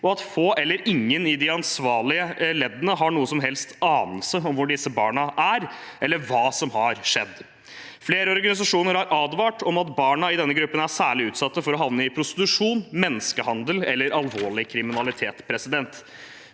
og at få eller ingen i de ansvarlige leddene har noen som helst anelse om hvor disse barna er, eller hva som har skjedd. Flere organisasjoner har advart om at barna i denne gruppen er særlig utsatt for å havne i prostitusjon, menneskehandel eller alvorlig kriminalitet. Vi